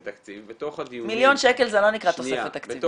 תקציב בתוך הדיונים -- מיליון שקל זה לא נקרא תוספת תקציבית.